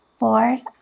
Lord